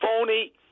phony